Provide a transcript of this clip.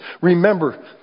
Remember